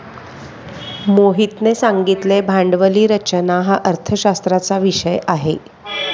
मोहितने सांगितले भांडवली रचना हा अर्थशास्त्राचा विषय आहे